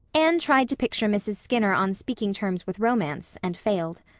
anne tried to picture mrs. skinner on speaking terms with romance and failed.